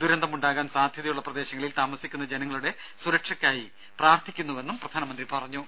ദുരന്തമുണ്ടാകാൻ സാധ്യതയുള്ള പ്രദേശങ്ങളിൽ താമസിക്കുന്ന ജനങ്ങളുടെ സുരക്ഷയ്ക്കായി പ്രാർത്ഥിക്കുന്നുവെന്നും പ്രധാനമന്ത്രി പറഞ്ഞു